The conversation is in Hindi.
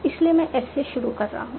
इसलिए मैं S से शुरू कर रहा हूं